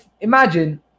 imagine